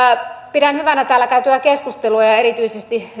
pidän hyvänä täällä käytyä keskustelua ja ja erityisesti